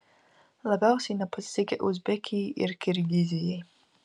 labiausiai nepasisekė uzbekijai ir kirgizijai